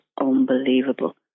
unbelievable